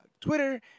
twitter